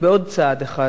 בעוד צעד אחד